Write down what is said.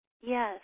Yes